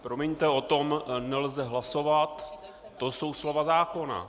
Promiňte, o tom nelze hlasovat, to jsou slova zákona.